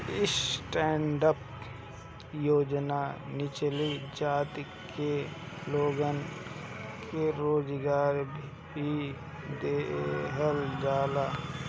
stand up योजना निचली जाति के लोगन के रोजगार भी देहल जाला